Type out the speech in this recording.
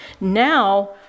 Now